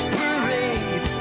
parade